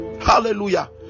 Hallelujah